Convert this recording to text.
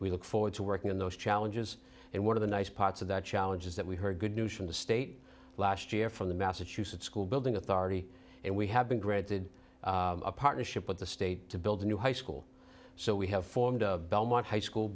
we look forward to working on those challenges and one of the nice parts of that challenge is that we heard good news from the state last year from the massachusetts school building authority and we have been granted a partnership with the state to build a new high school so we have formed of belmont high school